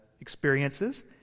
experiences